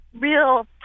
real